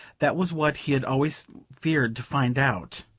that was what he had always feared to find out.